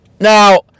Now